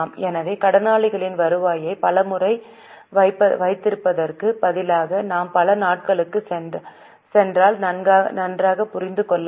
எனவே கடனாளர்களின் வருவாயை பல முறை வைத்திருப்பதற்குப் பதிலாக நாம் பல நாட்களுக்குச் சென்றால் நன்றாகப் புரிந்து கொள்ளப்படும்